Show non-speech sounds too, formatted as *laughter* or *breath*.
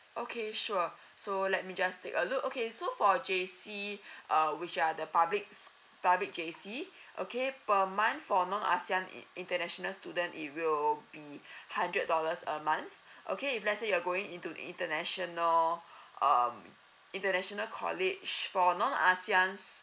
okay sure so let me just take a look okay so for J_C *breath* uh which are the public s~ public J_C okay per month for non asean in~ international student it will be hundred dollars a month okay if let's say you are going into the international *breath* um international college for non aseans